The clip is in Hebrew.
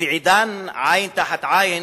ועידן "עין תחת עין"